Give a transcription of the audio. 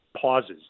pauses